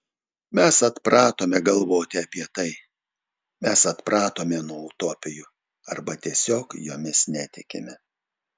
mes atpratome galvoti apie tai mes atpratome nuo utopijų arba tiesiog jomis netikime